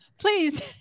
please